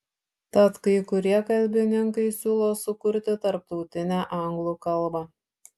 tad kai kurie kalbininkai siūlo sukurti tarptautinę anglų kalbą